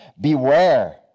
beware